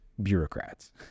bureaucrats